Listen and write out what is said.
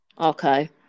Okay